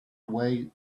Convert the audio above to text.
away